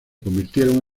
convirtieron